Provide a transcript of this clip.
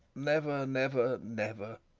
never, never, never,